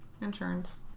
Insurance